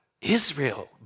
Israel